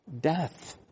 death